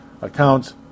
accounts